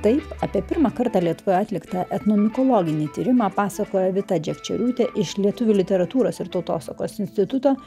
taip apie pirmą kartą lietuvoje atliktą etnomikologinį tyrimą pasakoja vita džekčioriūtė iš lietuvių literatūros ir tautosakos instituto